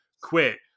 quit